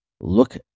look